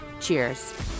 Cheers